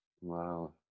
wow